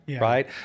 right